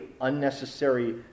unnecessary